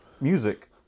music